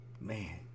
man